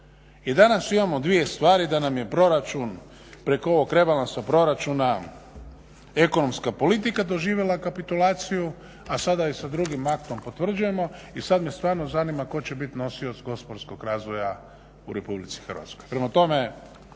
I danas imamo dvije stvari da nam je proračun preko ovog rebalansa proračuna ekonomska politika doživjela kapitulaciju, a sada i sa drugim aktom potvrđujemo. I sad me stvarno zanima tko će bit nosioc gospodarskog razvoja u Republici Hrvatskoj.